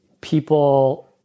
people